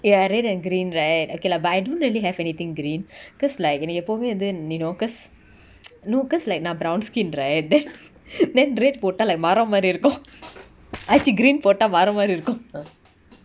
ya red and green right okay lah but I don't really have anything green cause like எனக்கு எப்போவுமே வந்து நீ:enaku eppovume vanthu nee no cause no cause like நா:na brown skin right then then red போட்டா:pota like மரோ மாரி இருக்கு:maro mari iruku I think green போட்டா மரோ மாரி இருக்கு:pota maro mari iruku